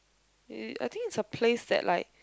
I think it's a place that like